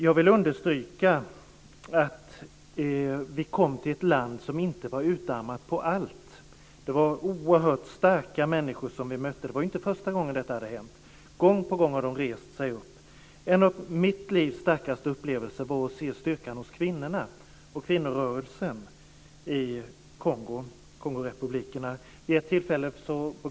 Jag vill understryka att vi kom till ett land som inte var utarmat på allt. Det var oerhört starka människor som vi mötte. Det var inte första gången detta hade hänt. Gång på gång har de rest sig upp. En av mitt livs starkaste upplevelser var att se styrkan hos kvinnorna och kvinnorörelsen i Kongorepublikerna.